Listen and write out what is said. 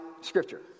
scripture